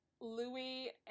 Louis